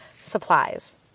supplies